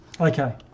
Okay